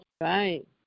Right